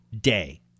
day